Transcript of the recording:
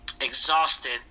Exhausted